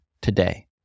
today